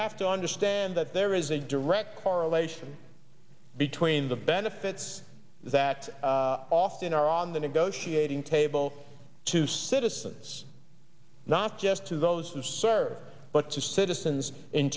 have to understand that there is a direct correlation between the benefits that often are on the negotiating table to citizens not just to those who serve but to citizens in